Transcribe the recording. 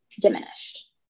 diminished